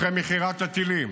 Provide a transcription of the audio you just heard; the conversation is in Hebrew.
אחרי מכירת הטילים